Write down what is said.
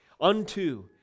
unto